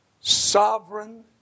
Sovereign